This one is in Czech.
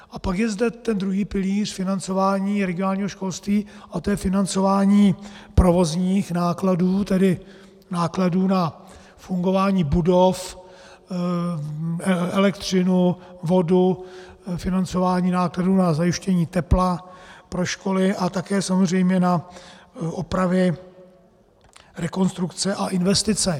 A pak je zde ten druhý pilíř financování regionálního školství a to je financování provozních nákladů, tedy nákladů na fungování budov, elektřinu, vodu, financování nákladů na zajištění tepla pro školy a také samozřejmě na opravy, rekonstrukce a investice.